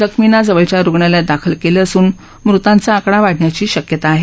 जखर्मींना जवळच्या रुग्णालयात दाखल केलं असून मृतांचा आकडा वाढण्याची शक्यता आहे